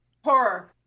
horror